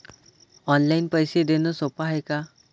Online पैसे देण सोप हाय का?